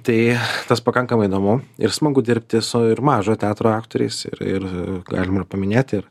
tai tas pakankamai įdomu ir smagu dirbti su ir mažojo teatro aktoriais ir ir galima paminėti ir